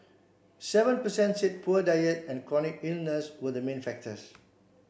seven per cent said poor diet and chronic illness were the main factors